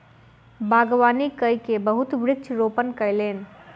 बागवानी कय के बहुत वृक्ष रोपण कयलैन